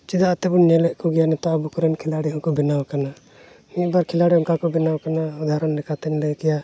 ᱪᱮᱫᱟᱜ ᱛᱮᱵᱚᱱ ᱧᱮᱞ ᱮᱫ ᱠᱚᱜᱮᱭᱟ ᱱᱤᱛᱚᱜ ᱟᱵᱚ ᱠᱚᱨᱮᱱ ᱠᱷᱮᱞᱟᱲᱤ ᱦᱚᱸ ᱠᱚ ᱵᱮᱱᱟᱣ ᱠᱟᱱᱟ ᱢᱤᱫ ᱵᱟᱨ ᱠᱷᱤᱞᱟᱲᱤ ᱚᱱᱠᱟ ᱦᱚᱸ ᱠᱚ ᱵᱮᱱᱟᱣ ᱠᱟᱱᱟ ᱩᱫᱟᱦᱚᱨᱚᱱ ᱞᱮᱠᱟᱛᱮᱧ ᱞᱟᱹᱭ ᱠᱮᱭᱟ